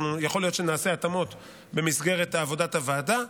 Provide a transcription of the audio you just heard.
יכול להיות שנעשה התאמות במסגרת עבודת הוועדה,